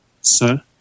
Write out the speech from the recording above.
sir